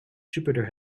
jupiter